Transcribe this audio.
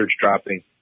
dropping